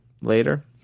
later